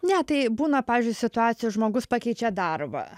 ne tai būna pavyzdžiui situacija žmogus pakeičia darbą